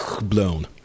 blown